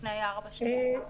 לפני ארבע שנים.